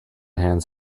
hands